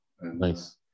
Nice